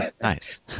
Nice